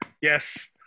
Yes